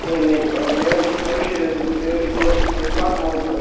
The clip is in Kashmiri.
ہے مےٚ مےٚ حظ چھُ کٲشُر حظ مےٚ حظ چھُ کٲشِرِس سۭتۍ سَخ محبت